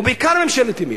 ובעיקר ממשלת ימין.